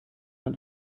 und